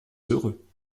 heureux